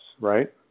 right